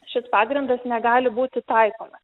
šis pagrindas negali būti taikomas